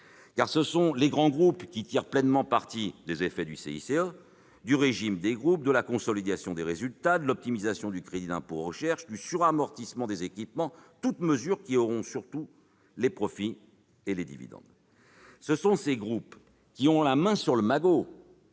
d'impôt pour la compétitivité et l'emploi, le CICE, du régime des groupes, de la consolidation des résultats, de l'optimisation du crédit d'impôt recherche, du suramortissement des équipements : toutes mesures qui auront surtout soutenu les profits et les dividendes. Ce sont ces groupes qui ont la main sur le magot